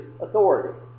authority